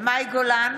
מאי גולן,